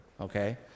okay